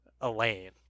Elaine